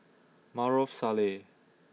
Maarof Salleh